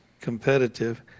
competitive